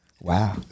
Wow